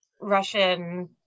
Russian